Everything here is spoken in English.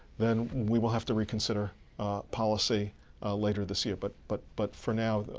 then we will have to reconsider policy later this year. but but but for now,